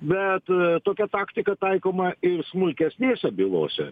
bet tokia taktika taikoma ir smulkesnėse bylose